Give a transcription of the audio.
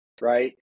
right